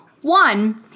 One